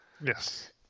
Yes